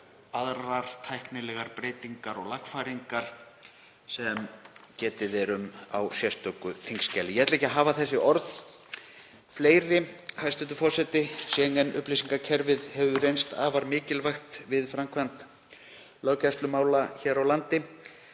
aðrar tæknilegar breytingar og lagfæringar sem getið er um á sérstöku þingskjali. Ég ætla ekki að hafa þessi orð fleiri, hæstv. forseti. Schengen-upplýsingakerfið hefur reynst afar mikilvægt við framkvæmd löggæslumála hér á landi